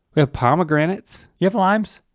we have pomegranates. you have limes?